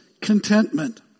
contentment